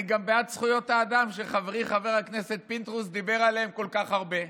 אני גם בעד זכויות האדם שחברי חבר הכנסת פינדרוס דיבר עליהן כל כך הרבה.